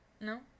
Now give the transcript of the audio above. No